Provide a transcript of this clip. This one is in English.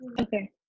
Okay